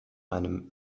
einem